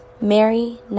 Mary